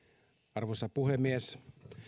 arvoisa puhemies